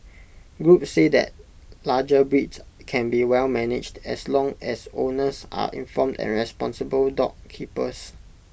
groups say that larger breeds can be well managed as long as owners are informed and responsible dog keepers